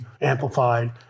amplified